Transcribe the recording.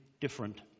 different